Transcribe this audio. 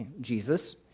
Jesus